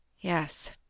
Yes